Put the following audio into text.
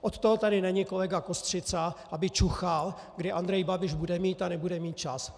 Od toho tady není kolega Kostřica, aby čuchal, kdy Andrej Babiš bude mít a nebude mít čas.